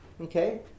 okay